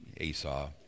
Esau